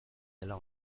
dela